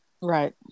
Right